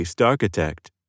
architect